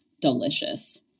delicious